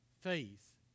Faith